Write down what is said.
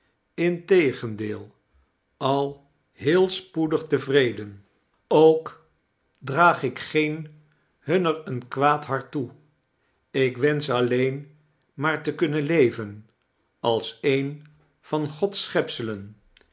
integendeel al heel spoedig tevreden ook draag ik geen hunner een kwaad hart toe ik wensch alleen maar te kunnen leven als een van gods schepselen